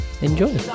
enjoy